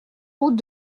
route